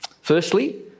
Firstly